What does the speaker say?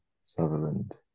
Sutherland